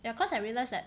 ya cause I realise that